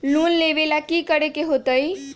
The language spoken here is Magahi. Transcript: लोन लेवेला की करेके होतई?